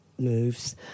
moves